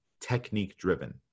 technique-driven